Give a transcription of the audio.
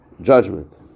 judgment